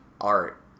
art